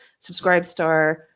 Subscribestar